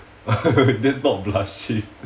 that's not blushing